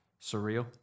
surreal